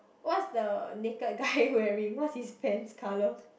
what's the naked guy wearing what's his pants colour